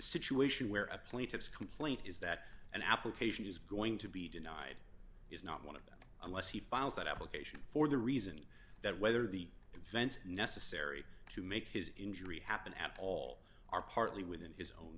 situation where a plaintiff's complaint is that an application is going to be denied is not one of them unless he files that application for the reason that whether the events necessary to make his injury happen at all are partly within his own